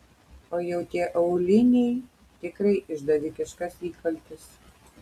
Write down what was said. o jau tie auliniai tikrai išdavikiškas įkaltis